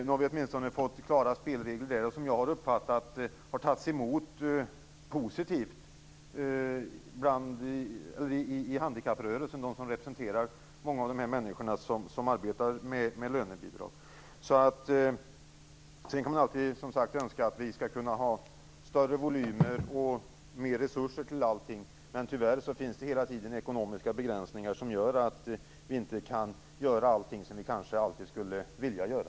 Nu har vi åtminstone fått klara spelregler som jag uppfattat tagits emot positivt bland handikapprörelsen, som representerar många av de människor som arbetar med lönebidrag. Man kan alltid önska att man skulle ha större volymer och mer resurser till allting. Tyvärr finns det hela tiden ekonomiska begränsningar som gör att vi inte kan göra allt som vi kanske skulle vilja göra.